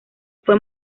fue